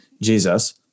Jesus